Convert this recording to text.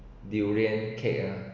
durian cake ah